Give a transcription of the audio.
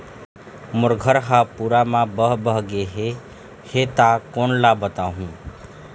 मोर घर हा पूरा मा बह बह गे हे हे ता कोन ला बताहुं?